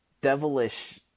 devilish